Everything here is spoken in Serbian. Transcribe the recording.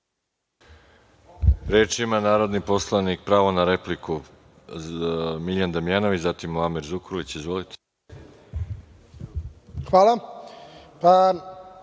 Reč ima narodni poslanik, pravo na repliku, Miljan Damjanović, zatim Muamer Zukorlić. Izvolite. **Miljan